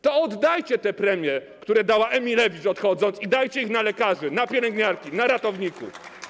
To oddajcie te premie, które dała Emilewicz, odchodząc, i dajcie je na lekarzy, na pielęgniarki, na ratowników.